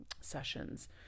sessions